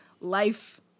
life-